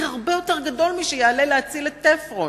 "אורות לתעסוקה" ביישובו תעלה הרבה יותר משיעלה להציל את "תפרון".